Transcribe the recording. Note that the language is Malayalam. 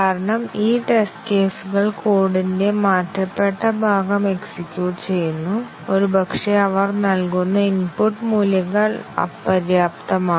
കാരണം ഈ ടെസ്റ്റ് കേസുകൾ കോഡിന്റെ മാറ്റപ്പെട്ട ഭാഗം എക്സിക്യൂട്ട് ചെയ്യുന്നു ഒരുപക്ഷേ അവർ നൽകുന്ന ഇൻപുട്ട് മൂല്യങ്ങൾ അപര്യാപ്തമാണ്